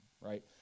right